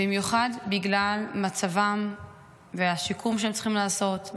במיוחד בגלל מצבם והשיקום שהם צריכים לעשות,